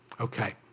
Okay